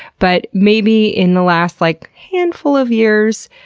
but, maybe in the last like handful of years,